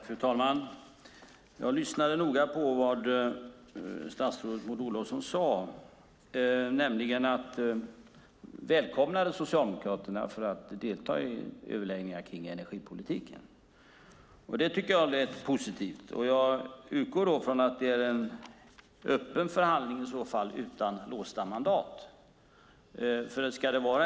Fru talman! Jag lyssnade noga på vad statsrådet Maud Olofsson sade, nämligen att hon välkomnade Socialdemokraterna att delta i överläggningar om energipolitiken. Det tycker jag lät positivt. Jag utgår från att det i så fall är en öppen förhandling utan låsta mandat.